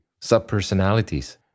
subpersonalities